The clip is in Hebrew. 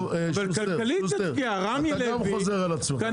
טוב, שוסטר, אתה גם חוזר על עצמך.